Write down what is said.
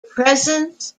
presence